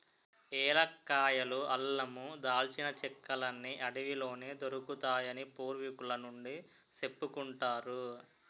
ఏలక్కాయలు, అల్లమూ, దాల్చిన చెక్కలన్నీ అడవిలోనే దొరుకుతాయని పూర్వికుల నుండీ సెప్పుకుంటారు